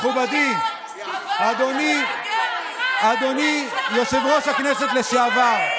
מכובדי אדוני יושב-ראש הכנסת לשעבר,